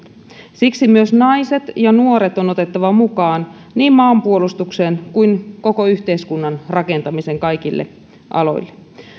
siksi myös naiset ja nuoret on otettava mukaan niin maanpuolustukseen kuin koko yhteiskunnan rakentamiseen kaikilla aloilla